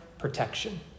protection